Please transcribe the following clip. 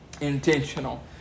Intentional